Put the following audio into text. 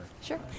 Sure